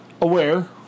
aware